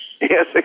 Yes